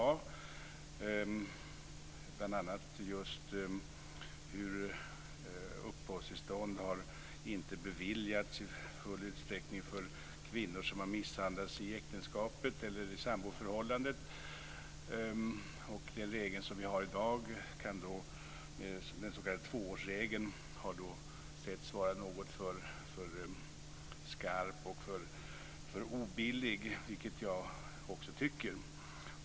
Det gäller bl.a. att uppehållstillstånd inte i full utsträckning har beviljats kvinnor som misshandlats i äktenskapet eller i samboförhållandet. Den nu gällande s.k. tvåårsregeln har ansetts vara för skarp och obillig, vilket också jag tycker.